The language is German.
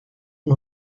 und